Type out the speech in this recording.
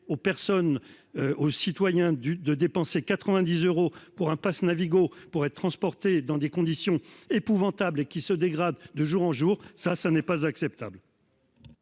aux citoyens du de dépenser 90 euros pour un Pass Navigo pour être transportés dans des conditions épouvantables et qui se dégrade de jour en jour ça, ça n'est pas acceptable.--